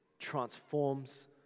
transforms